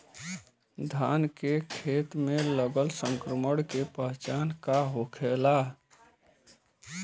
धान के खेत मे लगल संक्रमण के पहचान का होखेला?